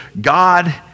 God